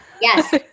Yes